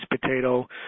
potato